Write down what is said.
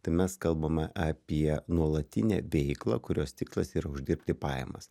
tai mes kalbame apie nuolatinę veiklą kurios tikslas yra uždirbti pajamas